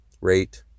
Rate